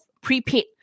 prepaid